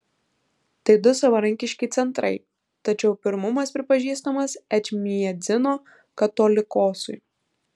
tai du savarankiški centrai tačiau pirmumas pripažįstamas ečmiadzino katolikosui